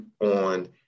on